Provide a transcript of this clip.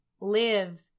live